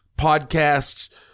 podcasts